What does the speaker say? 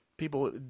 People